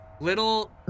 little-